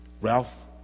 Ralph